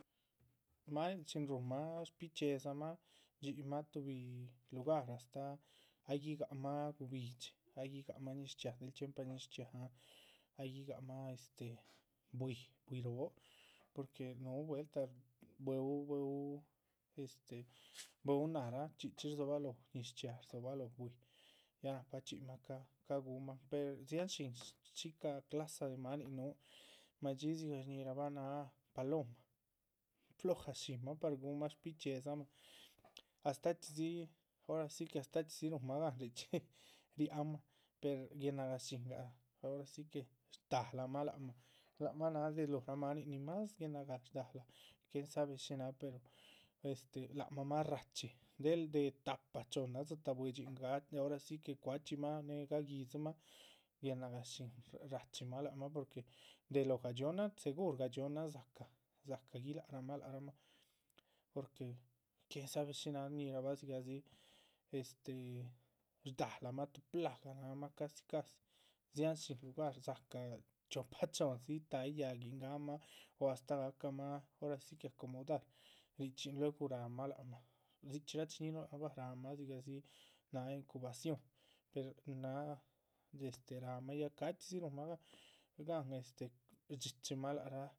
Máanin chin rúhunmah shbichxíedzamah, shdxpiyimah tuhbi lugar astáh ay gihigahmah guhbi´dxi, ay gihigahmah ñiz chxiaa del chxiempa ñiz chxiaahan, ay gihigahmah este. bwíi bwíi roho, porque núhu vueltah bwe´u, este bwe´u náhraa chxíchxi rdzóbaloho ñiz chxiaa rdzóbaloho bwíi, ya nahpa chxíyimah cá guhunmah per dziáhan shín shica. clasa de máanin núhu madxí dzigah shñíhirabah náha paloma plojashin mah par gúhunmah shbichxíedzamah, astáh chxí dzi ora si que astáh chxí dzi rúhun mah gan richxí. riáhanmah per guena gáh shíhinga ora si que shtáhalamah, lac mah, lac mah náha de lohra máanin nin más guenagáha shdáhala quien sabe shí náha per lác mah mas ra´chi. del de tahpa chohnna dzitáh buidxin ga, ora si que cuachxímah néhe gaguidzimah, guenágah shín rachimah lacmah porque de lóho gadxiónan segur gadxiónan dzácah guilác rahmah. lác ramah porque quien sabe shiná shñíhirabah dzigahdzi este shdáhalamah tuh plaga nárahmah casi casi, dziahán shín lugar dza´cah chiopa chohndzi tay yáhguin ga´mah. o astáh gahcamah ora si que acomodar richxín luegu ráhmah lac mah dzichxí rachiñihinuh lac nuh bah, ráhmah dzigadzi náh incubación per nin náha este ráhanmah ya ca´chxídzi. ruhunmha gahn gahn este shdxíchimah lac rah